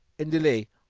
and delay,